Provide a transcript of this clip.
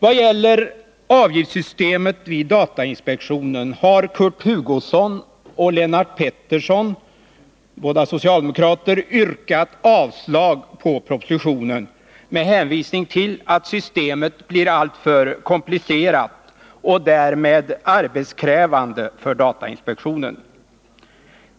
Vad gäller avgiftssystemet vid datainspektionen har Kurt Hugosson och Lennart Pettersson — båda socialdemokrater — yrkat avslag på propositionen med hänvisning till att systemet blir alltför komplicerat och därmed arbetskrävande för datainspektionen.